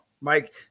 Mike